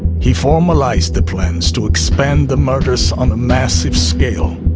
he formalized the plans to expand the murders on a massive scale.